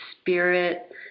spirit